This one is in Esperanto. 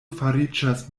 fariĝas